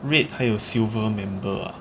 red 还有 silver member ah